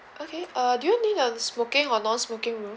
okay uh do you need um smoking or non-smoking room